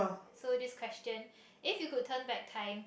so this question if you could turn back time